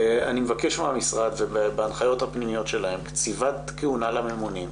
אני מבקש מהמשרד ובהנחיות הפנימיות שלהם קציבת כהונה לממונים.